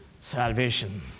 salvation